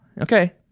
Okay